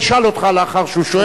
אשאל אותך לאחר שהוא שואל.